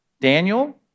Daniel